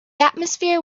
atmosphere